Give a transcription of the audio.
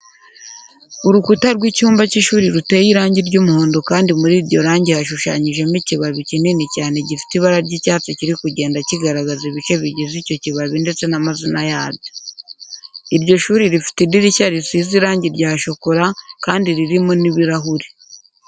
Urukuta rw'icyumba cy'ishuri ruteye irangi ry'umuhondo kandi muri iryo rangi hashushanyijemo ikibabi kinini cyane gifite ibara ry'icyatsi kiri kugenda kigaragaza ibice bigize icyo kibabi ndetse n'amazina yabyo. Iryo shuri rifite idirishya risize irangi rya shokora kandi ririmo n'ibirahure.